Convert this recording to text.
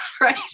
right